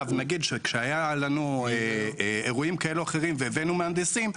כשהיה לנו אירועים כאלו או אחרים והבאנו מהנדסים,